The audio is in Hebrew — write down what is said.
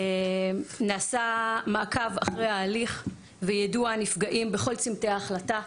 נעשה מעקב אחרי ההליך ויידוע הנפגעים בכל צמתי ההחלטה,